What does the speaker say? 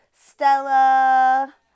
Stella